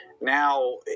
Now